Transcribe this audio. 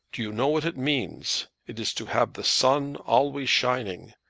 do you know what it means? it is to have the sun always shining,